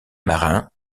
marin